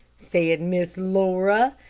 said miss laura,